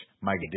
Mike